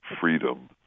freedom